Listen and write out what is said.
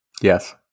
Yes